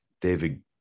David